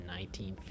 1950